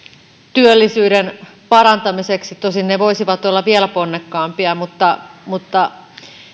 työllisyyden parantamiseksi tosin ne voisivat olla vielä ponnekkaampia mutta mutta